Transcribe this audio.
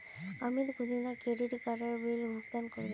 अमित कुंदिना क्रेडिट काडेर बिल भुगतान करबे